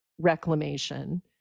reclamation